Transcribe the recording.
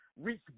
reach